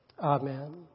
Amen